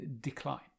decline